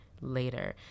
later